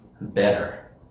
better